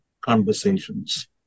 conversations